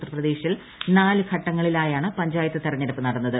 ഉത്തർപ്രദേശിൽ നാല് ഘട്ടങ്ങളിലായാണ് പഞ്ചായത്ത് തെരഞ്ഞെടുപ്പ് നടന്നത്